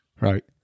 Right